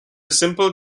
simple